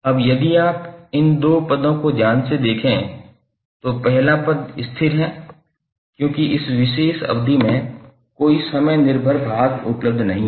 अब यदि आप इन दो पदों को ध्यान से देखें तो पहला पद स्थिर है क्योंकि इस विशेष अवधि में कोई समय निर्भर भाग उपलब्ध नहीं है